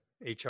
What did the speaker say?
hr